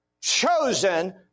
chosen